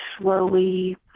slowly